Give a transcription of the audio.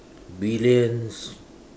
Billions